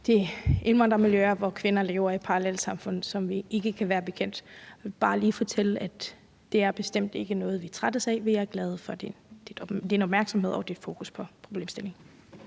de indvandrermiljøer, hvor kvinder lever i parallelsamfund, hvad vi ikke kan være bekendt. Jeg vil bare lige fortælle, at det bestemt ikke er noget, vi er trætte af. Vi er glade for din opmærksomhed og dit fokus på problemstillingen.